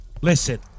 Listen